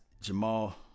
Jamal